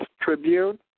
Tribune